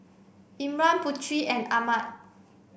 Imran Putri and Ahmad